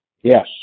Yes